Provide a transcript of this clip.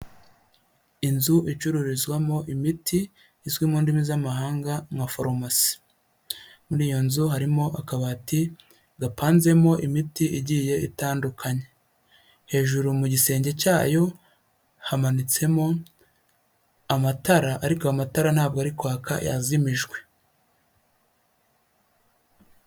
Inzu icururizwamo imiti izwi mu ndimi z'amahanga nka farumasi, muri iyo nzu harimo akabati gapanzemo imiti igiye itandukanye, hejuru mu gisenge cyayo hamanitsemo amatara ariko amatara ntabwo ari kwaka yazimijwe.